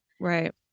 Right